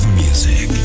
music